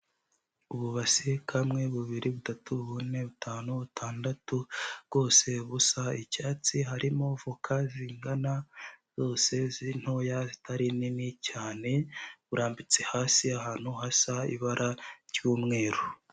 Ububase, kamwe bubiri, butatu, bune, butanu, butandatu, bwose busa icyatsi. Harimo voka zingana zose z'intoya zitari nini cyane, burambitse hasi ahantu hasa ibara ry'umweru.